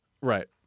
Right